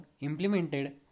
implemented